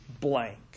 blank